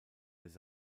les